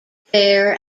fair